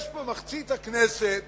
מחצית חברי הכנסת